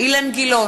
בהצבעה אילן גילאון,